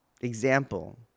example